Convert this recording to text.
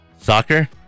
Soccer